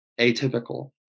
atypical